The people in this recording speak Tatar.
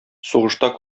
сугышта